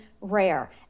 rare